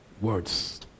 Words